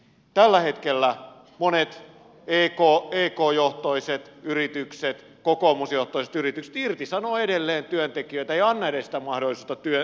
tällä hetkellä monet ek johtoiset yritykset kokoomusjohtoiset yritykset irtisanovat edelleen työntekijöitä eivät anna edes sitä mahdollisuutta työntekoon